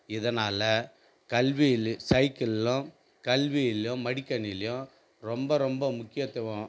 இதனால் கல்வியிலு சைக்கிள்லும் கல்வியிலும் மடிக்கணியும் ரொம்ப ரொம்ப முக்கியத்துவம்